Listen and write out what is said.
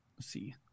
see